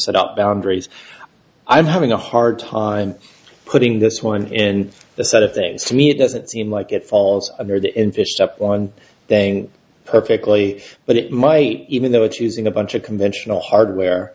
set up boundaries i'm having a hard time putting this one in the set of things to me it doesn't seem like it falls under the in fifth up on a perfectly but it might even though it's using a bunch of conventional hardware